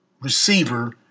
receiver